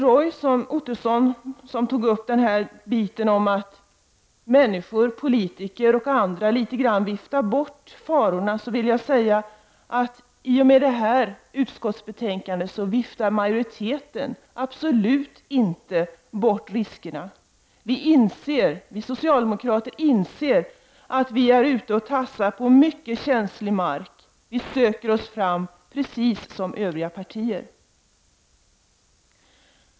Roy Ottosson sade att människor, politiker och andra, i viss utsträckning viftar bort detta med farorna. Men då vill jag säga att majoriteten i och med det här betänkandet absolut inte viftar bort detta med riskerna. Vi socialdemokrater inser att man är ute och tafsar på sådant som är att beteckna som mycket känslig mark. Vi söker oss fram, precis som övriga partier gör.